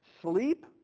Sleep